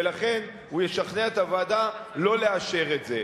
ולכן הוא ישכנע את הוועדה לא לאשר את זה.